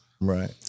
Right